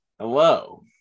Hello